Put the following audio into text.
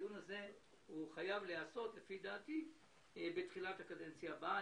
הדיון הזה חייב להיעשות בתחילת הקדנציה הבאה.